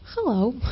hello